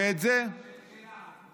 ואת זה, מותר לשאול אותך שוב שאלה?